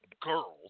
girls